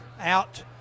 out